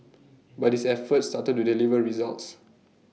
but his efforts started to deliver results